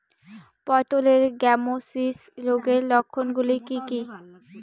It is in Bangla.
পটলের গ্যামোসিস রোগের লক্ষণগুলি কী কী?